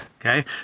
Okay